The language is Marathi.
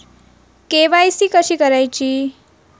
के.वाय.सी कशी करायची?